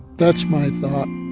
that's my thought